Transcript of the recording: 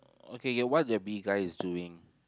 okay what the bee guy is doing